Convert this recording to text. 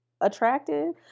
attractive